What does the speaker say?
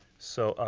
so,